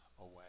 away